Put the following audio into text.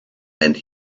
and